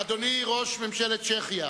אדוני ראש ממשלת צ'כיה,